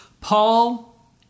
Paul